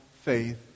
faith